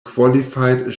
qualified